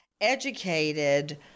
educated